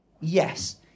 Yes